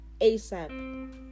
asap